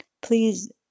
Please